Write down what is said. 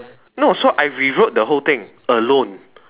no so I rewrote the whole thing alone